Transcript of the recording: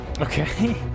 Okay